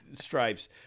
Stripes